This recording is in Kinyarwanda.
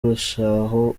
urushaho